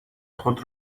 خود